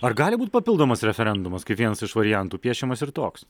ar gali būti papildomas referendumas kaip vienas iš variantų piešiamas ir toks